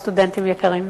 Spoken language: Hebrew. סטודנטים יקרים,